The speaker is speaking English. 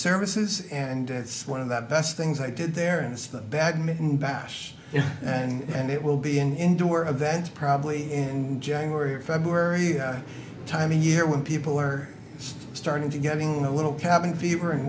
services and it's one of the best things i did there and it's the badminton bashed in and it will be an indoor event probably in january or february time a year when people are starting to getting a little cabin fever and